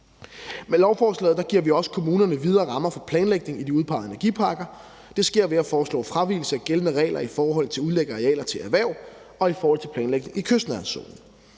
Med lovforslaget giver vi også kommunerne videre rammer for planlægning i de udpegede energiparker, og det sker ved at foreslå at fravige gældende regler i forhold til udlægning af arealer til erhverv og i forhold til planlægning i kystnærhedszonen.